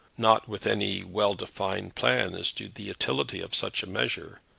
not with any well-defined plan as to the utility of such a measure,